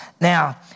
Now